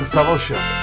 Fellowship